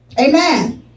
Amen